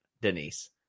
Denise